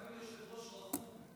אתה גם יושב-ראש רחום.